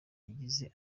yagize